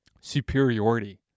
superiority